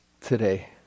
today